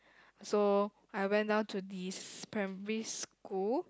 so I went out to this primary school